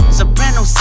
Soprano